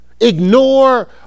ignore